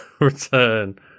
return